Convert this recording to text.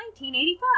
1985